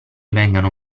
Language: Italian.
vengano